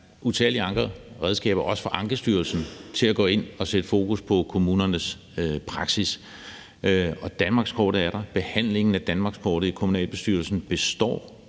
andre redskaber, også for Ankestyrelsen, til at gå ind og sætte fokus på kommunernes praksis. Danmarkskortet er der, og behandlingen af danmarkskortet i kommunalbestyrelserne består.